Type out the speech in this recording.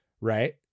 right